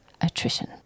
attrition